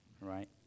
right